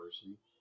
University